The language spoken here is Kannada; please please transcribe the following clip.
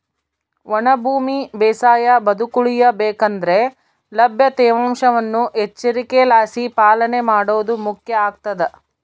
ಒಣ ಭೂಮಿ ಬೇಸಾಯ ಬದುಕುಳಿಯ ಬೇಕಂದ್ರೆ ಲಭ್ಯ ತೇವಾಂಶವನ್ನು ಎಚ್ಚರಿಕೆಲಾಸಿ ಪಾಲನೆ ಮಾಡೋದು ಮುಖ್ಯ ಆಗ್ತದ